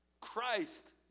Christ